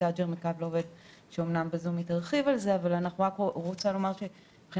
תג'ר מקו לעובד תרחיב על זה אנחנו לא רואים ירידה,